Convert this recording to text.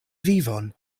vivon